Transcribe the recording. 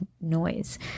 noise